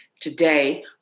Today